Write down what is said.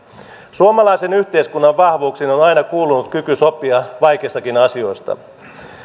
suomalaisen yhteiskunnan vahvuuksiin on on aina kuulunut kyky sopia vaikeistakin asioista